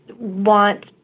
want